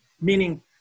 meaning